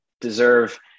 deserve